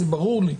זה ברור לי.